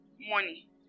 money